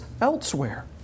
elsewhere